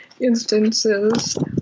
instances